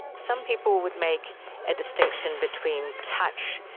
some people would make a distinction between touch,